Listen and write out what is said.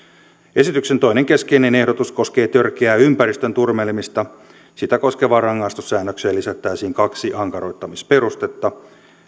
esityksen toinen keskeinen ehdotus koskee törkeää ympäristön turmelemista sitä koskevaan rangaistussäännökseen lisättäisiin kaksi ankaroittamisperustetta